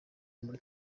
muri